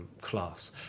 class